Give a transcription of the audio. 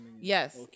Yes